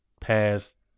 Past